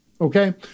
Okay